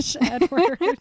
Edward